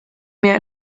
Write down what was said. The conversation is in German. mehr